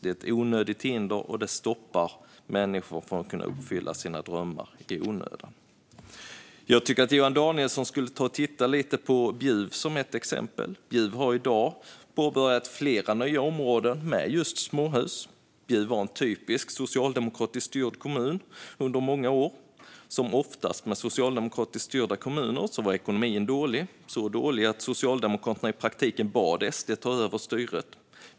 Det är ett onödigt hinder, och det stoppar i onödan människor från att uppfylla sina drömmar. Jag tycker att Johan Danielsson skulle titta lite grann på Bjuv som ett exempel. Bjuv har i dag påbörjat flera nya områden med just småhus. Bjuv var en typisk socialdemokratiskt styrd kommun under många år. Som oftast med socialdemokratiskt styrda kommuner var ekonomin dålig, så dålig att Socialdemokraterna i praktiken bad SD att ta över styret.